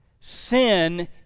Sin